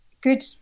good